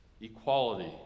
equality